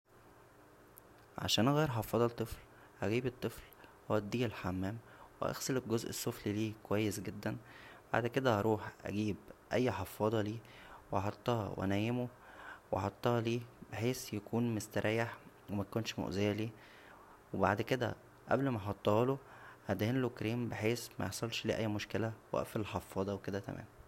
عشان اغير حفاضه لطفل هجيب الطفل واوديه الحمام واغسل الجزء السفلى ليه كويس جدا بعد كدا هروح اجيب اى حفاضه ليه واحطها وانيمه واحطها ليه بحيث يكون مستريح ومتكونش مؤذيه ليه بعد كدا قبل ما احطهاله هدهنله كريم بحيث ميحصلش ليه اى مشكله و اقفل الحفاضه وكدا تمام